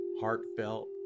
heartfelt